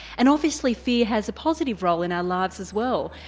and obviously fear has a positive role in our lives as well,